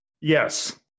Yes